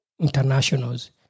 internationals